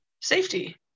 safety